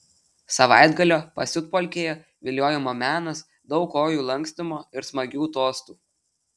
savaitgalio pasiutpolkėje viliojimo menas daug kojų lankstymo ir smagių tostų